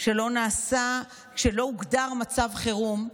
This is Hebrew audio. שלא הוגדר מצב חירום?